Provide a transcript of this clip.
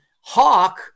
hawk